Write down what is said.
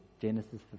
Genesis